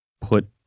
put